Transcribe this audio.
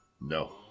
No